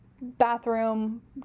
bathroom